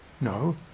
No